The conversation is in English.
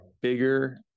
Bigger